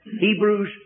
Hebrews